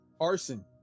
Arson